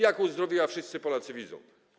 Jak uzdrowiła, wszyscy Polacy widzą.